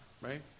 right